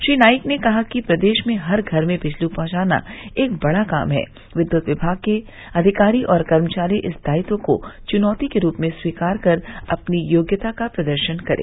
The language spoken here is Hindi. श्री नाईक ने कहा कि प्रदेश में हर घर में बिजली पहॅचाना एक बड़ा काम है विद्युत विभाग के अधिकारी और कर्मचारी इस दायित्व को चुनौती के रूप में स्वीकार कर अपनी योग्यता का प्रदर्शन करें